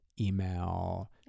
email